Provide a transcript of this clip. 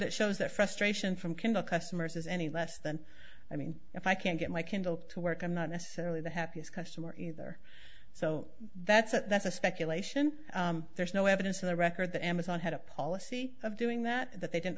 that shows that frustration from kindle customers is any less than i mean if i can't get my kindle to work i'm not necessarily the happiest customer either so that's a that's a speculation there's no evidence to the record that amazon had a policy of doing that that they didn't